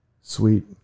Sweet